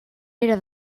era